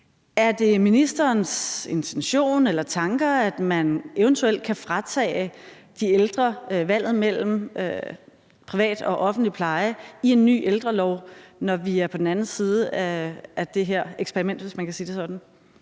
Er det ministerens intention eller tanke, at man eventuelt kan fratage de ældre valget mellem privat og offentlig pleje i en ny ældrelov, når vi er på den anden side af det her eksperiment, hvis man kan sige det sådan?